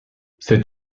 c’est